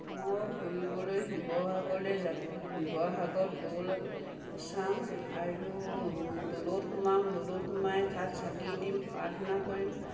মই ফুৰিবলৈ শিৱসাগৰলৈ যাম শিৱসাগৰত দৌল চাম আৰু দৌলত সোমাম দৌলত সোমাই তাত চাকি দিম প্ৰাৰ্থনা কৰিম